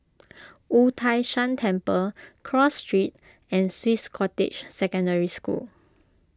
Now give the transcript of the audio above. Wu Tai Shan Temple Cross Street and Swiss Cottage Secondary School